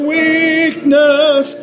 weakness